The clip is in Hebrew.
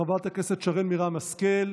חבר הכנסת גדי איזנקוט,